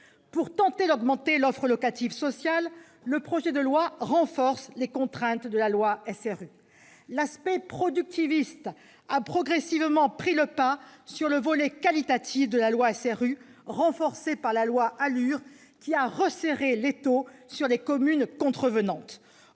Pour tenter d'augmenter l'offre locative sociale, le projet de loi prévoit de renforcer les contraintes imposées par la loi SRU. La dimension productiviste a progressivement pris le pas sur le volet qualitatif de la loi SRU, renforcé par la loi ALUR, laquelle a resserré l'étau autour des communes contrevenantes.